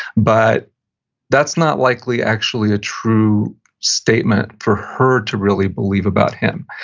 but that's not likely actually a true statement for her to really believe about him.